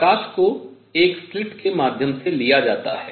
प्रकाश को एक स्लिट के माध्यम से लिया जाता है